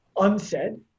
unsaid